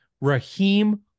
Raheem